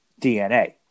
DNA